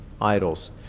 idols